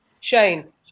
Shane